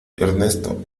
ernesto